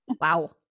Wow